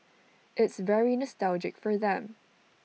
it's very nostalgic for them